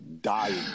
dying